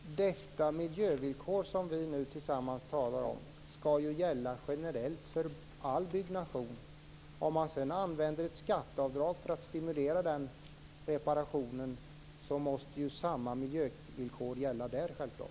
Fru talman! Detta miljövillkor som vi nu talar om skall gälla generellt för all byggnation. Om man sedan använder ett skatteavdrag för att stimulera den reparationen måste självklart samma miljövillkor gälla där.